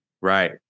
Right